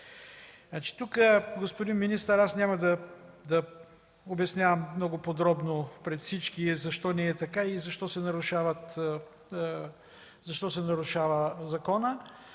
Тук, господин министър, аз няма да обяснявам много подробно пред всички защо не е така и защо се нарушава законът,